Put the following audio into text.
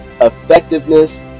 effectiveness